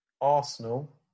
Arsenal